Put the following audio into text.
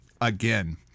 again